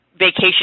vacation